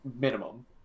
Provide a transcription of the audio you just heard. minimum